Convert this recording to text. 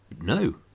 No